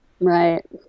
Right